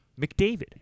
McDavid